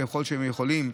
ככל שהם יכולים,